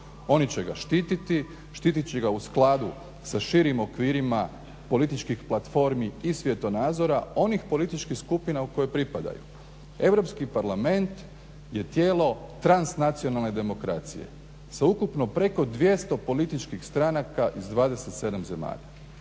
Oni će ga štititi, štit će ga u skladu sa širim okvirima političkih platformi i svjetonazora onih političkih skupina u koje pripadaju. EU parlament je tijelo transnacionalne demokracije sa ukupno preko 200 političkih stranaka iz 27 zemalja.